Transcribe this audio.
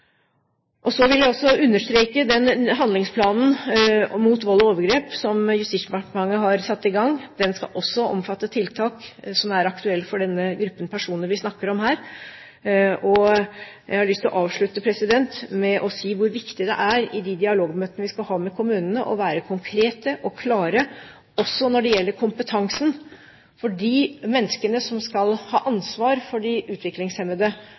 Så vil jeg også understreke den handlingsplanen mot vold og overgrep som Justisdepartementet har satt i gang. Den skal også omfatte tiltak som er aktuelle for den gruppen personer vi snakker om her. Jeg har lyst til å avslutte med å si hvor viktig det er i de dialogmøtene vi skal ha med kommunene, å være konkrete og klare også når det gjelder kompetansen til de menneskene som skal ha ansvar for de utviklingshemmede.